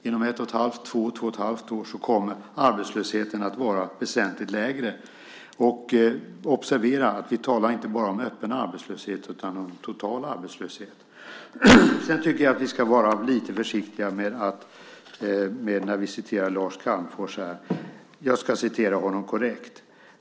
Inom ett och ett halvt till två och ett halvt år kommer arbetslösheten att vara väsentligt lägre, och observera att vi inte enbart talar om öppen arbetslöshet utan om total arbetslöshet. Sedan tycker jag att vi ska vara lite försiktiga när vi citerar Lars Calmfors. Jag ska citera honom korrekt.